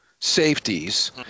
safeties